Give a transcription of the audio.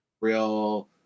real